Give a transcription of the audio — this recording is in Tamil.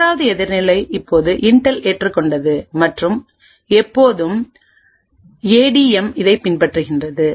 3 வது எதிர்நிலை இப்போது இன்டெல் ஏற்றுக்கொண்டது மற்றும் எப்போதும் ஏ எம் டி இதை பின்பற்றுகிறது